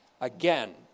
Again